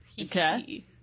Okay